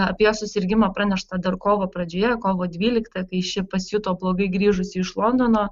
apie susirgimą pranešta dar kovo pradžioje kovo dvyliktą kai ši pasijuto blogai grįžusi iš londono